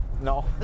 No